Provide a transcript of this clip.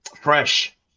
Fresh